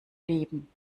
leben